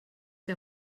der